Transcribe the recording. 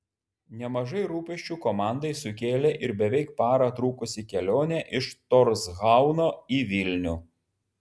nemažai rūpesčių komandai sukėlė ir beveik parą trukusi kelionė iš torshauno į vilnių